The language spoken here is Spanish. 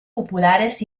populares